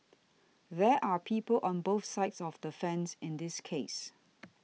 there are people on both sides of the fence in this case